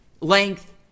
length